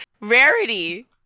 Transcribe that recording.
Rarity